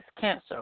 cancer